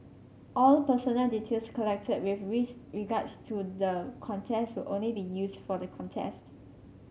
all personal details collected with regards to the contest will only be used for the contest